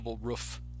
roof